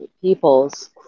peoples